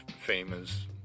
famous